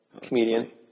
comedian